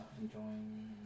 enjoying